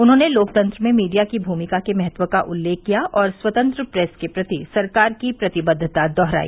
उन्होंने लोकतंत्र में मीडिया की भूमिका के महत्व का उल्लेख किया और स्वतंत्र प्रेस के प्रति सरकार की प्रतिबद्वता दोहराई